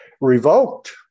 revoked